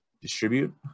distribute